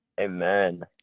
amen